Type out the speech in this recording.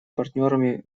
партнерами